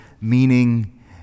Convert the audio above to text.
meaning